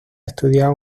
estudiar